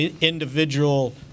individual